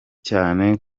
cyane